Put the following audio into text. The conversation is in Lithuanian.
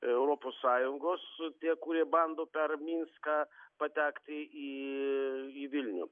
europos sąjungos tie kurie bando per minską patekti į į vilnių